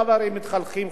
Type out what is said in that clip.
תודה, גברתי.